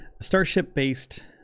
Starship-based